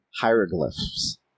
hieroglyphs